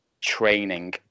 training